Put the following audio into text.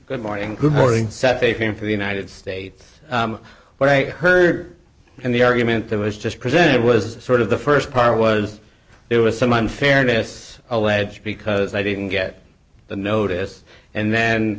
good morning cept a fan for the united states what i heard and the argument that was just presented was sort of the st part was there was some unfairness alleged because i didn't get the notice and then